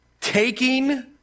taking